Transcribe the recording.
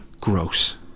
Gross